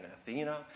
Athena